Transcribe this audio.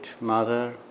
Mother